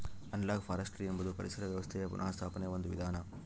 analogue forestry ಎಂಬುದು ಪರಿಸರ ವ್ಯವಸ್ಥೆಯ ಪುನಃಸ್ಥಾಪನೆಯ ಒಂದು ವಿಧಾನ